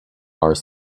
are